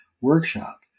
workshop